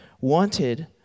wanted